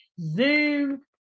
Zoom